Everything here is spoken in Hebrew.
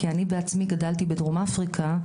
כי אני בעצמי גדלתי בדרום אפריקה,